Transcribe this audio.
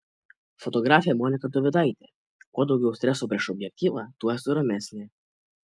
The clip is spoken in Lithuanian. fotografė monika dovidaitė kuo daugiau streso prieš objektyvą tuo esu ramesnė